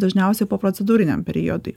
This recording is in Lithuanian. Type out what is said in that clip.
dažniausiai poprocedūriniam periodui